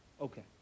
Okay